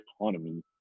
economy